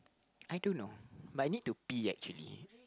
I don't know but I need to pee actually